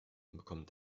bekommen